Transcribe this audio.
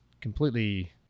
completely